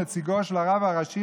נציגו של הרב הראשי,